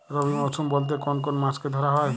রবি মরশুম বলতে কোন কোন মাসকে ধরা হয়?